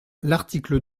l’article